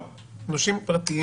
לא אבל נושים פרטיים?